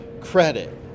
credit